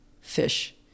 fish